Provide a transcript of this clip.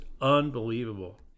unbelievable